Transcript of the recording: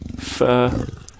fur